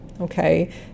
Okay